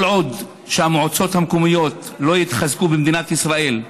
כל עוד המועצות המקומיות לא יתחזקו במדינת ישראל,